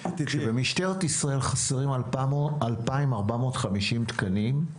כשבמשטרת ישראל חסרים 2,450 תקנים,